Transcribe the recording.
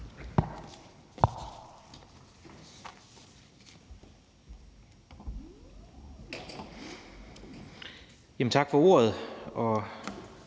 Tak for ordet,